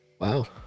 Wow